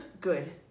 good